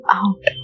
out